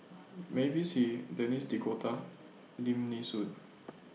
Mavis Hee Denis D'Cotta Lim Nee Soon